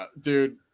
dude